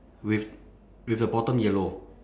with with the bottom yellow